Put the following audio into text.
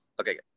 Okay